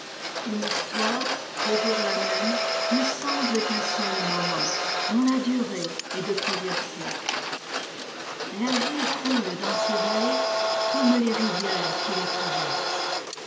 une histoire toujours la même ne semble qu'un seul moment dont la durée est de plusieurs siècles la vie coule dans ces vallées comme les rivières qui les traversent